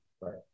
Right